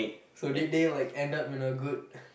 so did they like end up in a good